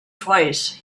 twice